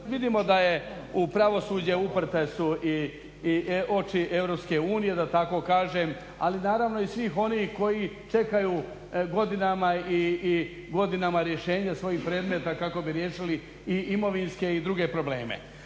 vidimo da je u pravosuđe uprte su i oči EU da tako kažem, ali naravno i svih onih koji čekaju godinama i godinama rješenje svojih predmeta kako bi riješili i imovinske i druge probleme.